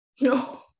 No